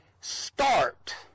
start